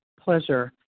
pleasure